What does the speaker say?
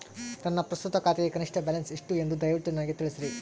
ನನ್ನ ಪ್ರಸ್ತುತ ಖಾತೆಗೆ ಕನಿಷ್ಠ ಬ್ಯಾಲೆನ್ಸ್ ಎಷ್ಟು ಎಂದು ದಯವಿಟ್ಟು ನನಗೆ ತಿಳಿಸ್ರಿ